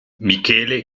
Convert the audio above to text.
michele